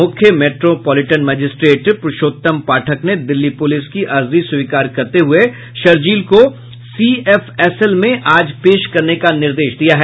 मुख्य metropolitan magistrate Purushottam Pathak ने Delhi police की अर्जी स्वीकार करते हुए शर्जील को सीएफएसएल में आज पेश करने का निर्देश दिया है